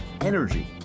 energy